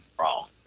wrong